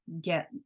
get